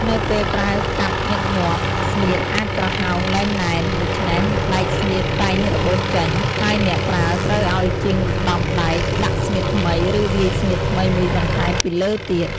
នៅពេលប្រើកាប់ញឹកញាប់ ស្នៀតអាចប្រហោងលែងណែន ដូច្នេះដែកស្នៀតតែងរបូតចេញ ហើយអ្នកប្រើត្រូវឲ្យជាងដំដែកដាក់ស្នៀតថ្មី ឬវាយស្នៀតថ្មីមួយបន្ថែមពីលើទៀត ។